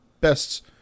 best